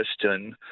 question